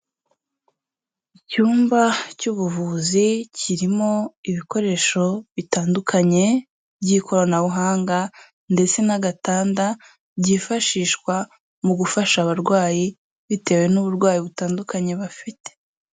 Icyumba cy'ubuvuzi kirimo ibikoresho bitandukanye by'ikoranabuhanga ndetse n'agatanda, byifashishwa mu gufasha abarwayi bitewe n'uburwayi butandukanye aba afite.